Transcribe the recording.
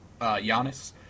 Giannis